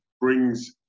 brings